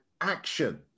action